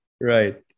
Right